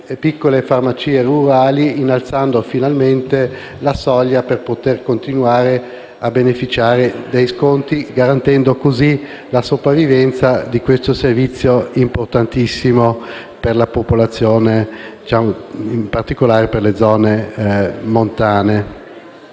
le piccole farmacie rurali, innalzando finalmente la soglia per poter continuare a beneficiare degli sconti, garantendo così la sopravvivenza di questo servizio importantissimo per la popolazione, in particolare per le zone montane.